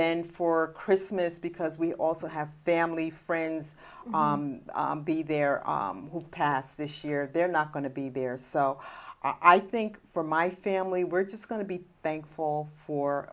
then for christmas because we also have family friends be there i pass this year they're not going to be there so i think for my family we're just going to be thankful for